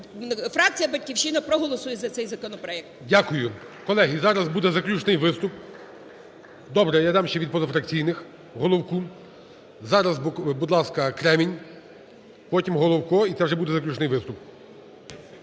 Фракція "Батьківщина" проголосує за цей законопроект. ГОЛОВУЮЧИЙ. Дякую. Колеги, зараз буде заключний виступ. Добре, я дам ще від позафракційних Головку. Зараз, будь ласка, Кремінь, потім – Головко. І це вже буде заключний виступ.